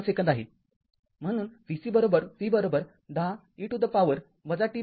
४ second आहे म्हणून v c v १० e to the power t०